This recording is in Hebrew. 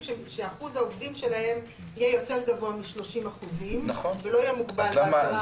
שאחוז העובדים שלהם יהיה יותר גבוה מ-30% ולא יהיה מוגבל ב-10%.